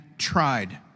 tried